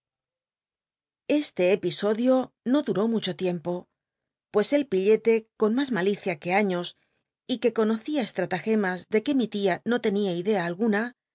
esle episodio no dul'ó mucho tiempo pues el pillete con mas malicia que años y que conocía esll'atagemas de que mi tia no tenia idea ninguna